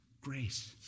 grace